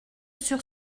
sur